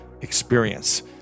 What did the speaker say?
experience